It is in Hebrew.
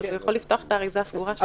אז הוא יכול לפתוח את האריזה הסגורה שלו.